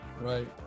Right